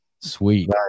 sweet